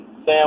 Sam